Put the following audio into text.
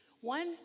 one